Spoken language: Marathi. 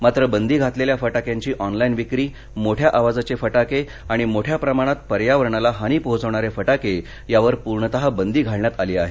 मात्र बंदी घातलेल्या फ क्यांची ऑनलाईन विक्री मोठ्या आवाजाचे फ के आणि मोठ्या प्रमाणात पर्यावरणाला हानी पोहोचवणारे फ के यांवर पूर्णतः बंदी घालण्यात आली आहे